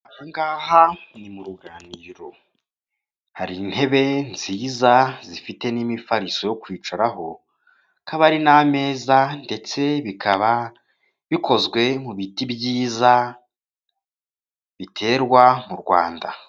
Aha ngaha ni mu ruganiriro. Hari intebe nziza zifite n'imifariso yo kwicaraho, kaba ari n'ameza, ndetse bikaba bikozwe mu biti byiza, biterwa mu Rwanda.